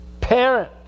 parent